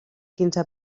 quinze